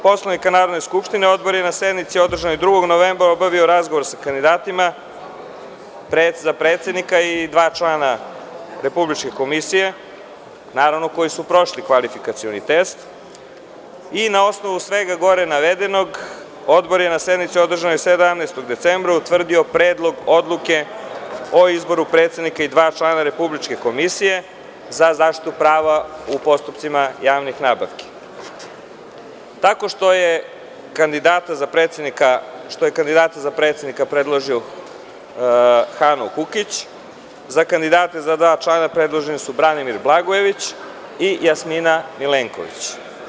Poslovnika Narodne skupštine, Odbor je na sednici održanoj 2. novembra obavio razgovor sa kandidatima za predsednika i dva člana Republičke komisije, naravno koji su prošli kvalifikacioni test i na osnovu svega gore navedenog Odbor je na sednici održanoj 17. decembra utvrdio Predlog odluke o izboru predsednika i dva člana Republičke komisije za zaštitu prava u postupcima javnih nabavki, tako što je za predsednika predložio Hanu Kukić, a za dva člana su predloženi Branimir Blagojević i Jasmina Milenković.